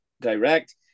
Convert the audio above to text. Direct